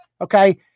Okay